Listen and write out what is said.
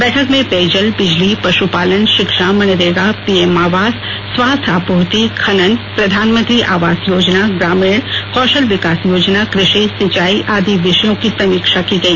बैठक में पेयजल बिजली पश्पालन शिक्षा मनरेगा पीएम आवास स्वास्थ्य आपूर्ति खनन प्रधानमंत्री आवास योजना ग्रामीण कौशल विकास योजना कृषि सिंचाई आदि विषयों की समीक्षा की गई